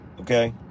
Okay